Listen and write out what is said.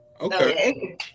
okay